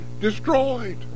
destroyed